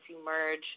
emerge